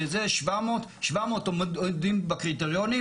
700 עומדים בקריטריונים.